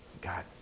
God